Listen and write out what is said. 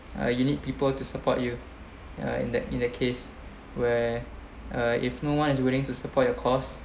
uh you need people to support you uh in that in the case where uh if no one is willing to support your course